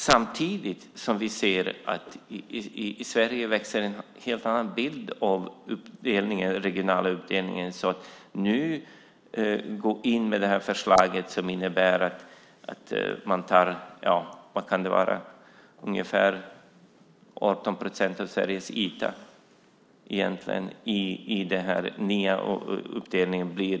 Samtidigt ser vi att det i Sverige växer fram en helt annan bild av den regionala uppdelningen. Förslaget innebär att den nya länsrätten kommer att ansvara för ungefär 18 procent av Sveriges yta med den nya uppdelningen.